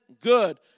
good